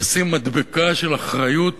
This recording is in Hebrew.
לשים מדבקה של אחריות